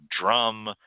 drum